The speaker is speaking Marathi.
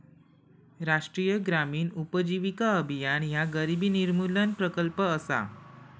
राष्ट्रीय ग्रामीण उपजीविका अभियान ह्या गरिबी निर्मूलन प्रकल्प असा